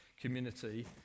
community